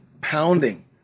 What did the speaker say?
pounding